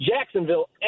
Jacksonville